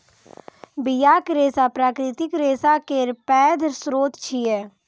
बियाक रेशा प्राकृतिक रेशा केर पैघ स्रोत छियै